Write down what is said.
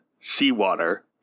seawater